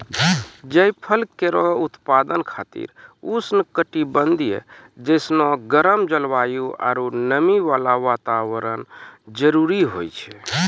जायफल केरो उत्पादन खातिर उष्ण कटिबंधीय जैसनो गरम जलवायु आरु नमी वाला वातावरण जरूरी होय छै